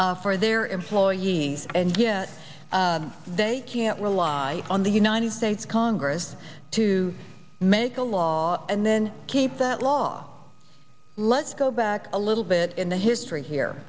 for their employees and yet they can't rely on the united states congress to make a law and then keep that law let's go back a little bit in the history here